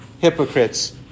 hypocrites